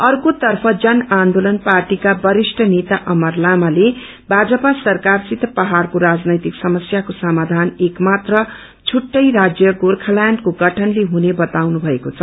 अर्कोतर्फ जनआन्दोलन पार्टीका वरिष्ट नेता अमर लामाले भाजपा सरकारसित पहाड़को राजनैतिक समस्याको समाधान एक मात्र छुट्टै राज्य गोर्खाल्याण्डको गठनले हुने बताउनु भएको छ